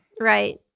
Right